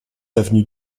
avenue